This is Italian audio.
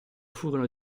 furono